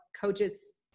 coaches